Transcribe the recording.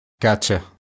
Gotcha